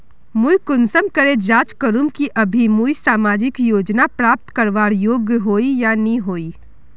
मुई कुंसम करे जाँच करूम की अभी मुई सामाजिक योजना प्राप्त करवार योग्य होई या नी होई?